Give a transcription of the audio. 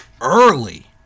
early